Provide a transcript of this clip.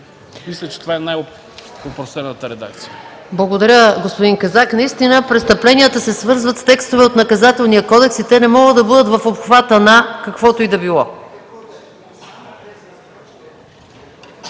Мисля, че това е най-опростената редакция.